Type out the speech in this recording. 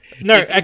No